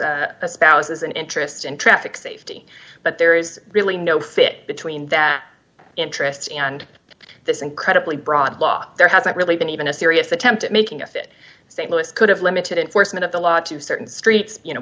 espouses an interest in traffic safety but there is really no fit between that interests and this incredibly broad law there hasn't really been even a serious attempt at making a fit st louis could have limited enforcement of the law to certain streets you know